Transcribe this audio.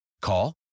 Call